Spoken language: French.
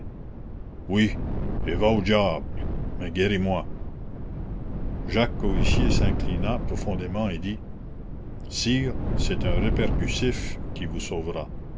diable mais guéris moi jacques coictier s'inclina profondément et dit sire c'est un répercussif qui vous sauvera